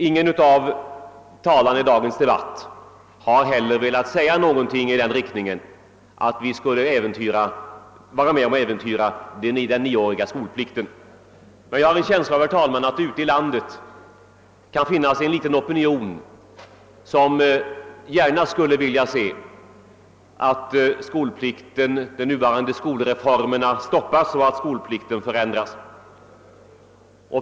Ingen av talarna i dagens debatt har velat antyda att de skulle vilja vara med om att äventyra den nioåriga skolplikten. Men jag har en känsla av att det ute i landet kan finnas en begränsad opinion som gärna skulle se attskolreformerna urholkas genom att skolplikten förändrades.